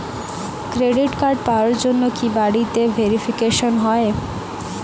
Credit card পাওয়ার জন্য কি বাড়িতে ভেরিফিকেশন হয়?